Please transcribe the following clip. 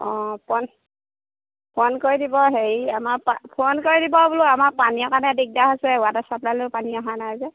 অঁ phone phone কৰি দিব হেৰি আমাৰ ফোন কৰি দিব বোলো আমাক পানীৰ কাৰণে দিগদাৰ হৈছে ৱাটাৰ চাপ্লাইলেও পানী অহা নাই যে